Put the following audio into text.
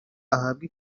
ahabwe